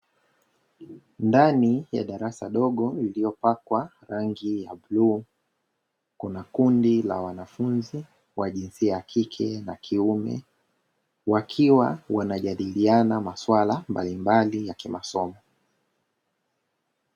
Ndani ya darasa dogo lililopakwa rangi ya bluu, kuna kundi la wanafunzi wa jinsia ya kike na kiume, wakiwa wanajadiliana maswala mbalimbali ya kimasomo.